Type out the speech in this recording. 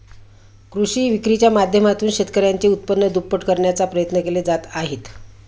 कृषी विक्रीच्या माध्यमातून शेतकऱ्यांचे उत्पन्न दुप्पट करण्याचा प्रयत्न केले जात आहेत